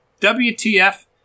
WTF